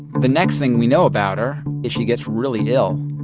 the next thing we know about her is she gets really ill